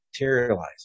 materialize